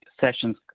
sessions